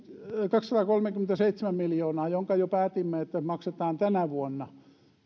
kaksisataakolmekymmentäseitsemän miljoonaa jonka jo päätimme maksaa tänä vuonna